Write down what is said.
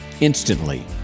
Instantly